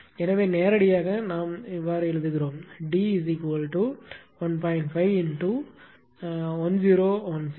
எனவே நேரடியாக நாம் இப்படித்தான் எழுதுகிறோம் D1